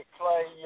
play